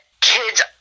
kids